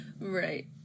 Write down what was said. Right